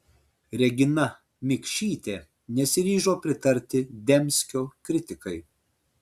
regina mikšytė nesiryžo pritarti dembskio kritikai